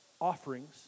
offerings